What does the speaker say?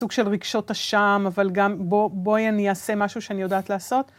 סוג של רגשות אשם אבל גם בואי אני אעשה משהו שאני יודעת לעשות.